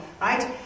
right